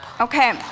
Okay